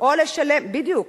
בדיוק.